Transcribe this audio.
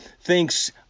thinks